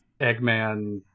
Eggman